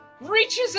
reaches